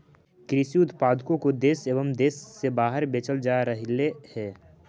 कृषि उत्पादों को देश एवं देश से बाहर बेचल जा रहलइ हे